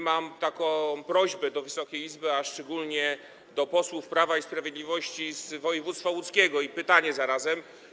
Mam taką prośbę do Wysokiej Izby, a szczególnie do posłów Prawa i Sprawiedliwości z województwa łódzkiego, a zarazem pytanie: